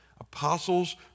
Apostles